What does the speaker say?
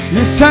Yes